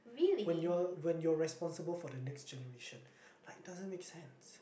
when you're when you're responsible for the next generation like it doesn't make sense